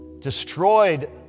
destroyed